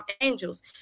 angels